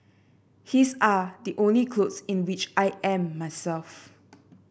his are the only clothes in which I am myself